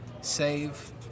save